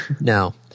No